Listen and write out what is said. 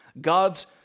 God's